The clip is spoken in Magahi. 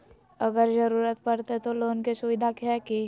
अगर जरूरत परते तो लोन के सुविधा है की?